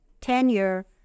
tenure